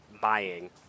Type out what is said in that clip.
buying